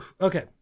Okay